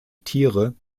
tiere